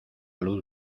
luz